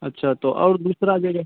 अच्छा तो और दूसरा जगह